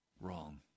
Wrong